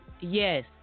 Yes